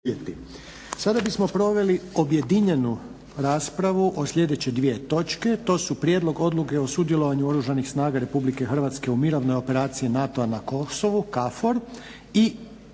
Sada bismo proveli objedinjenu raspravu o sljedeće dvije točke. To su - Prijedlog odluke o sudjelovanju Oružanih snaga Republike Hrvatske mirovnoj operaciji NATO-a na Kosovu (KFOR) -